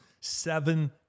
seven